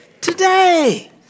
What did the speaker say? today